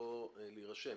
נא להירשם,